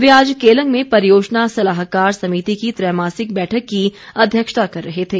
वे आज केलंग में परियोजना सलाहकार समिति की त्रैमासिक बैठक की अध्यक्षता कर रहे थे